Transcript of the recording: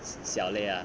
小累 ah